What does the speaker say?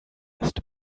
ist